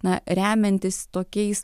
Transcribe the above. na remiantis tokiais